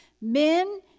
men